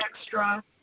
extra